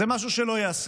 זה משהו שלא ייעשה.